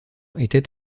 était